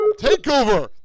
TakeOver